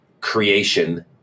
creation